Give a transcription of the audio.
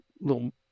little